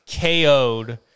KO'd